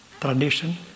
tradition